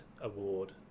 award